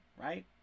right